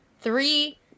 three